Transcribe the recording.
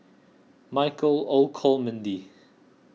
Michael Olcomendy